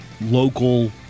local